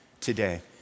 today